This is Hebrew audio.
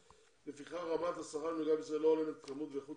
לפיכך רמת השכר לא הולמת את כמות ואיכות